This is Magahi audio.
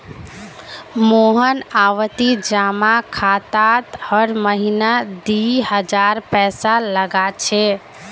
मोहन आवर्ती जमा खातात हर महीना दी हजार पैसा लगा छे